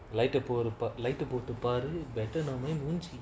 light ah poru pa~ light ah போட்டு பாரு:potu paaru better now my மூஞ்சி:moonji